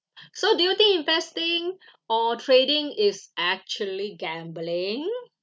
so do you think investing or trading is actually gambling